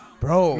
bro